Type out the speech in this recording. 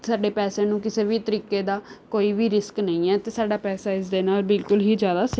ਸਾਡੇ ਪੈਸੇ ਨੂੰ ਕਿਸੇ ਵੀ ਤਰੀਕੇ ਦਾ ਕੋਈ ਵੀ ਰਿਸਕ ਨਹੀਂ ਹੈ ਅਤੇ ਸਾਡਾ ਪੈਸਾ ਇਸ ਦੇ ਨਾਲ ਬਿਲਕੁਲ ਹੀ ਜ਼ਿਆਦਾ